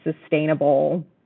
sustainable